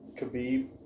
khabib